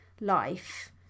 life